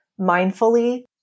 mindfully